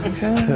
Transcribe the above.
Okay